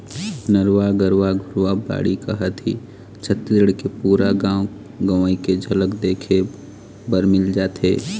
नरूवा, गरूवा, घुरूवा, बाड़ी कहत ही छत्तीसगढ़ के पुरा गाँव गंवई के झलक देखे बर मिल जाथे